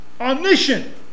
omniscient